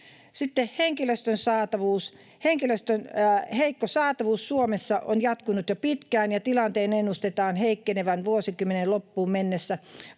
Sitten henkilöstön saatavuus. Henkilöstön heikko saatavuus Suomessa on jatkunut jo pitkään, ja tilanteen ennustetaan heikkenevän vuosikymmenen loppuun mennessä.